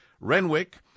renwick